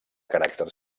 caràcter